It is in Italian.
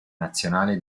nazionale